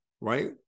right